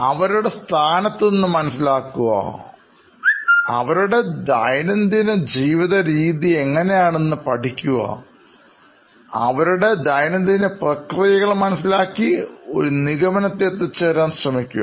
അവരുടെ സ്ഥാനത്തുനിന്ന് മനസ്സിലാക്കുക അവരുടെ ജീവിത രീതി എങ്ങനെയാണെന്ന് പഠിക്കുക അവരുടെ ദൈനംദിന പ്രക്രിയകൾ മനസ്സിലാക്കി ഒരു നിഗമനത്തിൽ എത്തിച്ചേരാൻ ശ്രമിക്കുക